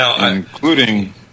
including